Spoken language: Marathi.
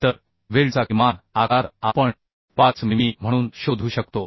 तर वेल्डचा किमान आकार आपण 5 मिमी म्हणून शोधू शकतो